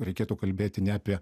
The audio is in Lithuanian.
reikėtų kalbėti ne apie